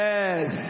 Yes